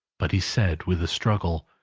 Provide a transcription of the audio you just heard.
but he said with a struggle,